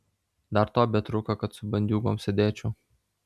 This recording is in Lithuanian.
dar to betrūko kad su bandiūgom sėdėčiau